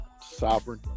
Sovereign